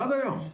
עד היום.